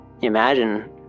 Imagine